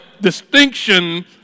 distinction